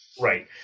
Right